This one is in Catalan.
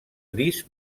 gris